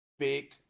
big